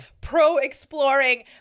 pro-exploring